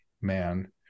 man